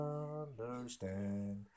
understand